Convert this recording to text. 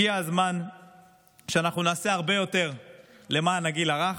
הגיע הזמן שאנחנו נעשה הרבה יותר למען הגיל הרך.